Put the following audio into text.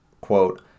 quote